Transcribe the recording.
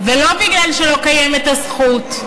ולא בגלל שלא קיימת הזכות,